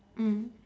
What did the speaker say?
mm